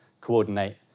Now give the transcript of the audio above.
coordinate